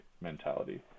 mentality